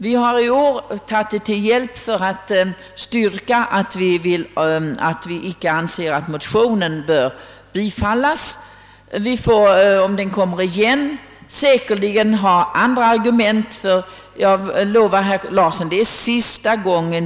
Vi har i år hänvisat till det för att styrka vår uppfattning att motionen inte bör bifallas. Vi kommer, om motionen förs fram igen, säkerligen att anföra andra argument för vårt ställningstagande.